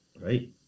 right